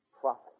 Profit